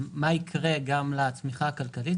מה יקרה לצמיחה הכלכלית,